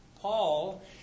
Paul